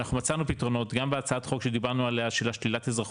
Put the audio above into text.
אנחנו מצאנו פתרונות גם בהצעת החוק שדיברנו עליה של שלילת אזרחות,